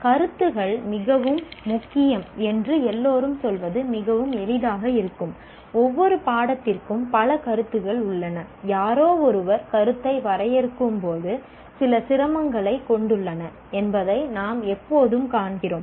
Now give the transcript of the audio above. கருத்துக்கள் மிகவும் முக்கியம் என்று எல்லோரும் சொல்வது மிகவும் எளிதாக இருக்கும் ஒவ்வொரு பாடத்திற்கும் பல கருத்துக்கள் உள்ளன யாரோ ஒருவர் 'கருத்தை' வரையறுக்கும்போது சில சிரமங்களை கொண்டுள்ளனர் என்பதை நாம் எப்போதும் காண்கிறோம்